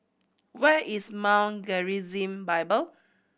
where is Mount Gerizim Bible